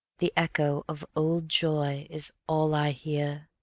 the echo of old joy is all i hear,